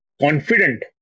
confident